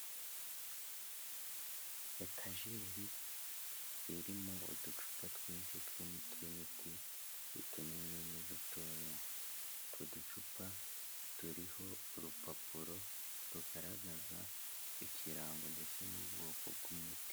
Etajeri irimo uducupa twinshi turimo imiti, utunini n’udutoya utwo ducupa turiho urupapuro rugaragaza ikirango ndetse n'ubwoko bw'umuti.